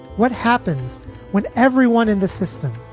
what happens when everyone in the system,